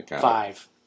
Five